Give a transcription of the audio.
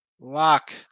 Lock